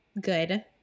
good